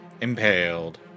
impaled